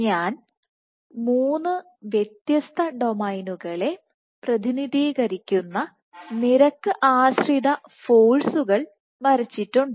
ഞാൻ മൂന്ന് വ്യത്യസ്ത ഡൊമൈനുകളെ പ്രതിനിധീകരിക്കുന്ന നിരക്ക് ആശ്രിത ഫോഴ്സുകൾ വരച്ചിട്ടുണ്ട്